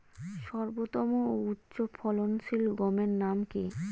সর্বোত্তম ও উচ্চ ফলনশীল গমের নাম কি?